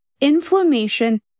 inflammation